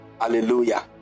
Hallelujah